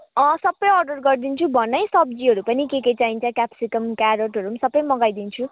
अँ सबै अर्डर गरिदिन्छु भन है सब्जीहरू पनि के के चाहिन्छ केपसिकम केरटहरू पनि सबै मगाइदिन्छु